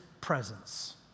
presence